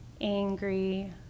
angry